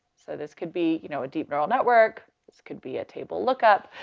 so this could be, you know, a deep neural network, this could be a table lookup.